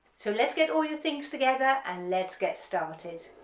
so let's get all your things together and let's get started